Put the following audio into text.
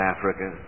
Africa